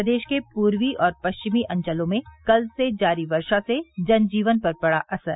प्रदेश के पूर्वी और पश्चिमी अंचलों में कल से जारी वर्षा से जन जीवन पर पड़ा असर